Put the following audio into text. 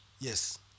yes